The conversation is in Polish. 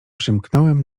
przymknąłem